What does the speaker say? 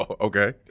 Okay